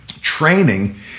Training